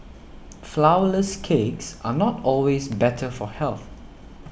Flourless Cakes are not always better for health